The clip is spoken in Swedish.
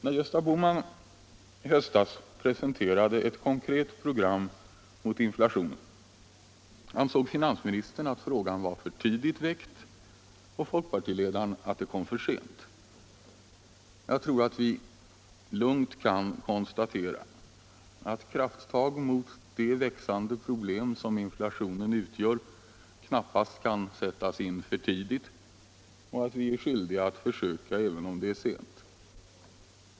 När Gösta Bohman i höstas presenterade ett konkret program mot inflationen ansåg finansministern att frågan var för tidigt väckt och folkpartiledaren att det kom för sent. Vi kan nog lugnt konstatera, att krafttag mot det växande problem som inflationen utgör knappast kan sättas in för tidigt och att vi är skyldiga att försöka, även om det är sent.